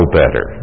better